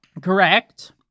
Correct